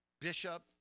bishop